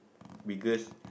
biggest